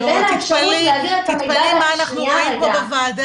לבין האפשרות להעביר את ה- -- תתפלאי מה אנחנו רואים פה בוועדה.